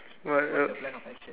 well uh